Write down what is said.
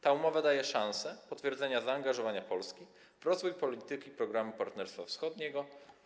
Ta umowa daje szansę potwierdzenia zaangażowania Polski w rozwój polityki programu Partnerstwa Wschodniego.